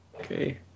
okay